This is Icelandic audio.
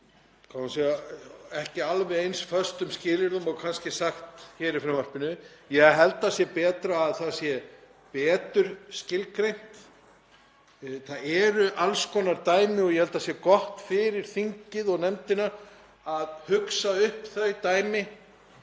út frá ekki alveg eins föstum skilyrðum og kannski er sagt hér í frumvarpinu. Ég held að það sé betra að það sé betur skilgreint. Það eru alls konar dæmi og ég held að það sé gott fyrir þingið og nefndina að hugsa upp þau dæmi.